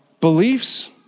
beliefs